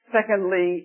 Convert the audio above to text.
Secondly